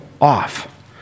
off